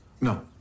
No